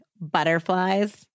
butterflies